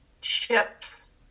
chips